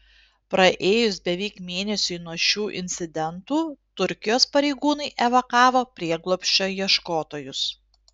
praėjus beveik mėnesiui nuo šių incidentų turkijos pareigūnai evakavo prieglobsčio ieškotojus